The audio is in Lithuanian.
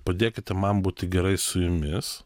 padėkite man būti gerai su jumis